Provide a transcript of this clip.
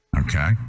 Okay